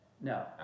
no